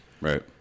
Right